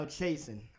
chasing